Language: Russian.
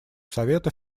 совета